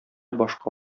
башка